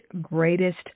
Greatest